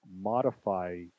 modify